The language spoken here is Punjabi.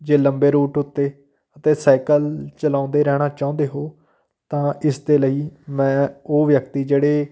ਜੇ ਲੰਬੇ ਰੂਟ ਉੱਤੇ ਅਤੇ ਸਾਈਕਲ ਚਲਾਉਂਦੇ ਰਹਿਣਾ ਚਾਹੁੰਦੇ ਹੋ ਤਾਂ ਇਸ ਦੇ ਲਈ ਮੈਂ ਉਹ ਵਿਅਕਤੀ ਜਿਹੜੇ